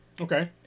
Okay